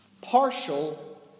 Partial